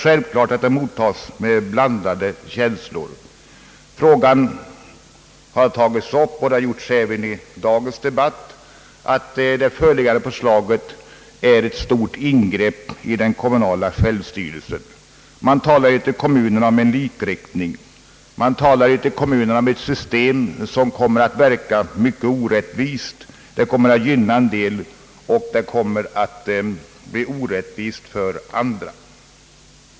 Självklart möts detta förslag av blandade känslor. Man har sagt, även i dagens debatt, att förslaget innebär ett stort ingrepp i den kommunala självstyrelsen, Ute i kommunerna talar man om likriktning, säger att systemet kommer att verka mycket orättvist, att det kommer att gynna några och bli till nackdel för andra.